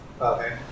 Okay